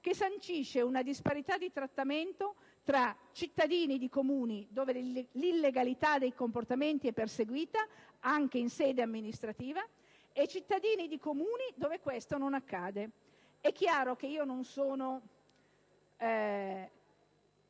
che sancisce una disparità di trattamento tra cittadini di Comuni dove l'illegalità dei comportamenti è perseguita anche in sede amministrativa e cittadini di Comuni dove questo non accade. È chiaro che non sono